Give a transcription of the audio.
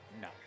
No